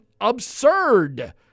absurd